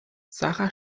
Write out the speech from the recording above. sara